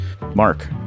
Mark